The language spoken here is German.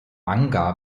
manga